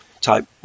type